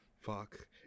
fuck